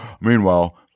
Meanwhile